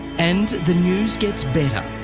and the news gets better.